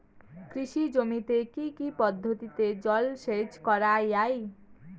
কৃষি জমিতে কি কি পদ্ধতিতে জলসেচ করা য়ায়?